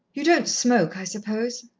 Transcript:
you don't smoke, i suppose?